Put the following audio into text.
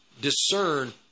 discern